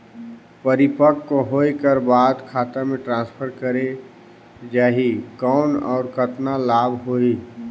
परिपक्व होय कर बाद खाता मे ट्रांसफर करे जा ही कौन और कतना लाभ होही?